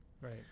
Right